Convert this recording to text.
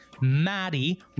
Maddie